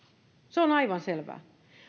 se on aivan selvää